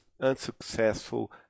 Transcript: unsuccessful